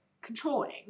Controlling